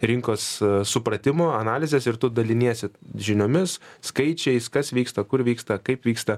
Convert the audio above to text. rinkos supratimo analizės ir tu daliniesi žiniomis skaičiais kas vyksta kur vyksta kaip vyksta